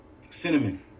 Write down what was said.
cinnamon